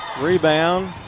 Rebound